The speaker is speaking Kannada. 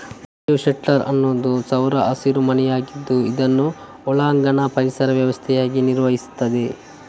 ಬಯೋ ಶೆಲ್ಟರ್ ಎನ್ನುವುದು ಸೌರ ಹಸಿರು ಮನೆಯಾಗಿದ್ದು ಇದನ್ನು ಒಳಾಂಗಣ ಪರಿಸರ ವ್ಯವಸ್ಥೆಯಾಗಿ ನಿರ್ವಹಿಸ್ತಾರೆ